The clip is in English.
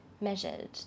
measured